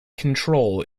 control